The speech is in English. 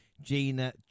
Gina